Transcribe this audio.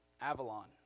Avalon